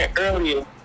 earlier